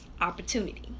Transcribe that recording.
opportunity